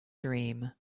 dream